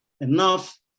enough